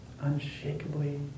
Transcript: unshakably